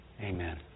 Amen